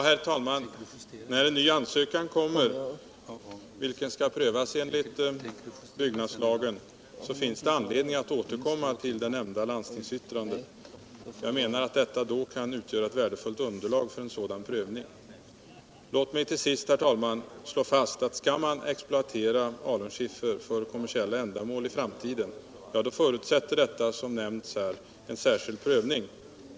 Herr talman! När en ny ansökan kommer och skall prövas enligt byggnadslagen finns det anledning att återkomma till det nämnda ländstungsyurandet. Det kan då utgöra ett värdefullt underlag för en sådan prövning. Låt mig till sist slå fast utt en exploatering av alunskiffer för kommersicit ändamål i framtiden förutsätter som nämnts här en särskild prövning.